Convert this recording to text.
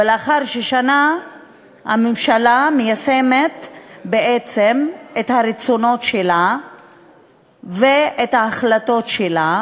ולאחר ששנה הממשלה מיישמת בעצם את הרצונות שלה ואת ההחלטות שלה,